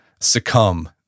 succumb